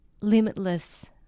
limitless